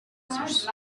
users